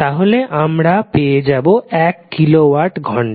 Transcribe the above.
তাহলে পাওয়া যাবে এক কিলো ওয়াট ঘণ্টা